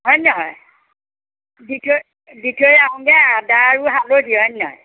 হয়নে নহয় দি থৈ দি থৈ আহোঁগৈ আদা আৰু হালধি হয়নে নহয়